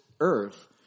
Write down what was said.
earth